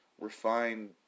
refined